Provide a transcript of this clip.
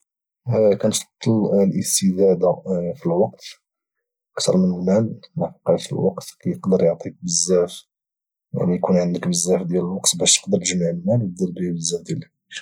كنفضل الاستزاده بالوقت اكثر من المال لحقاش لحقاش الوقت كيعطيك بزاف يكون عندك بزاف ديال الوقت باش تقدر تجمع المال وتدير به بزاف ديال الحوايج